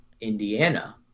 Indiana